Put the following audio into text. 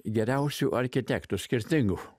geriausių architektų skirtingų